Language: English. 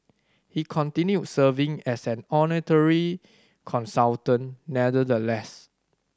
he continued serving as an honorary consultant nonetheless